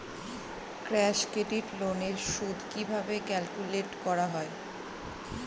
Cash credit loan এর সুদ কিভাবে ক্যালকুলেট করা হয়?